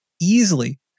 easily